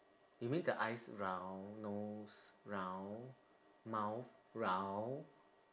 you mean the eyes round nose round mouth round